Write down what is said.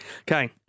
Okay